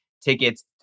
tickets